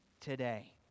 today